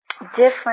Different